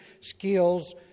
skills